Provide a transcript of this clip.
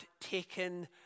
taken